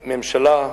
ממשלה,